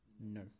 No